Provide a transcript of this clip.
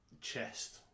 chest